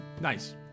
Nice